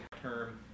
term